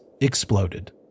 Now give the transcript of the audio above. exploded